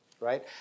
right